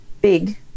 big